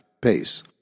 pace